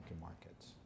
markets